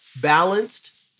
balanced